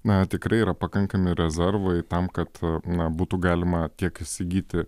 na tikrai yra pakankami rezervai tam kad na būtų galima tiek įsigyti